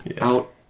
out